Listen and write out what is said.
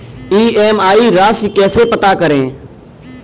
EMI राशि कैसे पता करें?